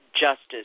justice